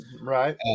Right